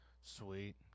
Sweet